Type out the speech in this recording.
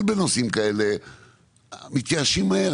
בנושאים כאלה - אנשים מתייאשים מהר,